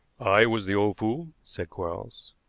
i was the old fool, said quarles.